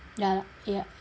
ya lah ya